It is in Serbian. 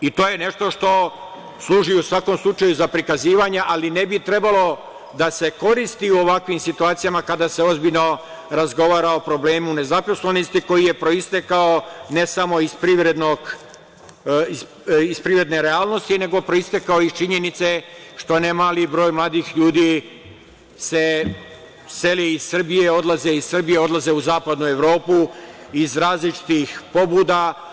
To je nešto što služi za prikazivanje ali ne bi trebalo da se koristi u ovakvim situacijama kada se ozbiljno razgovara o problemu nezaposlenosti koji je proistekao ne samo iz privredne realnosti nego je proistekao iz činjenice što ne mali broj mladih ljudi se seli iz Srbije, odlaze u zapadnu Evropu iz različitih pobuda.